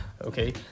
okay